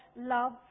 love